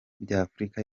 by’afrika